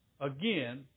again